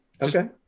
okay